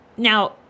Now